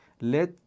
Let